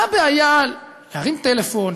מה הבעיה להרים טלפון,